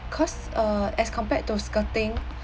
cause uh as compared to skirting